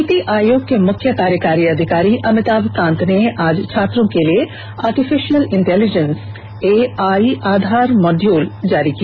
नीति आयोग के मुख्य कार्यकारी अधिकारी अमिताभ कांत ने आज छात्रों के लिए आर्टिफिशियल इंटेलिजेंस ए आई आधार मॉड्यूल जारी किया